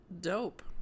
Dope